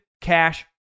cash